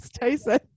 Tyson